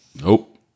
Nope